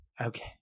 okay